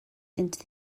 into